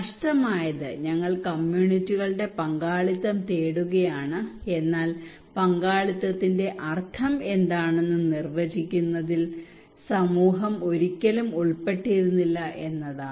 നഷ്ടമായത് ഞങ്ങൾ കമ്മ്യൂണിറ്റികളുടെ പങ്കാളിത്തം തേടുകയാണ് എന്നാൽ പങ്കാളിത്തത്തിന്റെ അർത്ഥം എന്താണെന്ന് നിർവചിക്കുന്നതിൽ സമൂഹം ഒരിക്കലും ഉൾപ്പെട്ടിരുന്നില്ല എന്നതാണ്